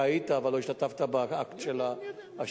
אתה היית אבל לא השתתפת באקט של הפיזור,